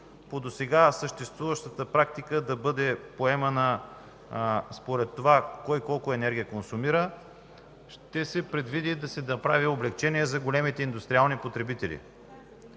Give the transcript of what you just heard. по досега съществуващата практика да бъде поемана според това кой колко енергия консумира, ще се предвиди да се направи облекчение за големите индустриални потребители.